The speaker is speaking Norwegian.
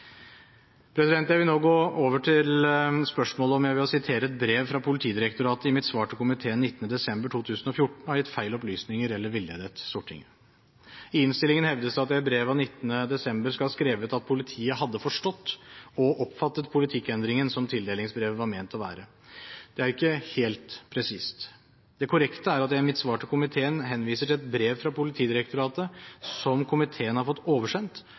mitt svar til komiteen 19. desember 2014 har gitt feil opplysninger eller villedet Stortinget. I innstillingen hevdes det at jeg i brev av 19. desember skal ha skrevet at politiet hadde forstått og oppfattet politikkendringen som tildelingsbrevet var ment å være. Det er ikke helt presist. Det korrekte er at jeg i mitt svar til komiteen henviser til et brev fra Politidirektoratet som komiteen har fått oversendt,